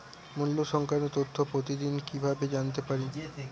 মুল্য সংক্রান্ত তথ্য প্রতিদিন কিভাবে জানতে পারি?